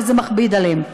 וזה מכביד עליהם.